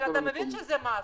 אתה מבין שזה מס,